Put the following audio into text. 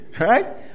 Right